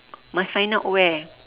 must find out where